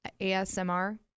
ASMR